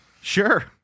Sure